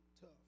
tough